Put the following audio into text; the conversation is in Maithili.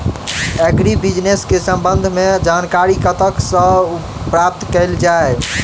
एग्री बिजनेस केँ संबंध मे जानकारी कतह सऽ प्राप्त कैल जाए?